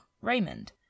Raymond